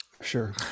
sure